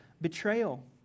betrayal